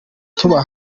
kutuba